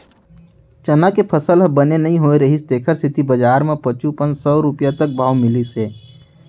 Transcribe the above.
चना के फसल ह बने नइ होए रहिस तेखर सेती बजार म पचुपन सव रूपिया तक भाव मिलिस हे